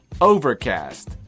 Overcast